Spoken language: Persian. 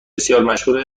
مشهور